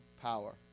power